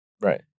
Right